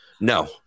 No